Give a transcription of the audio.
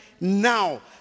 now